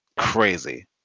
Crazy